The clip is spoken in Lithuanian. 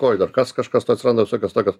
kojų dar kas kažkas tai atsiranda visokios tokios